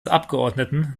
abgeordneten